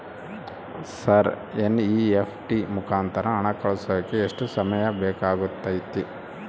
Sir NEFT ಮುಖಾಂತರ ಹಣ ಕಳಿಸೋಕೆ ಎಷ್ಟು ಸಮಯ ಬೇಕಾಗುತೈತಿ?